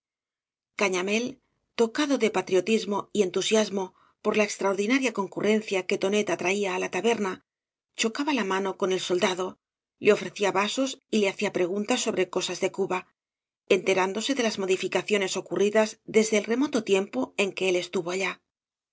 cañamél tocado de patriotismo y entusiasmado por la extraordinaria concurrencia que tonet atraía á la taberna chocaba la m ano con el soldado le ofrecía vasos y le hacía preguntas sobre cosas de cuba enterándose de las modificaciones ocurridas desde el remeto tiempo en que él estuvo allá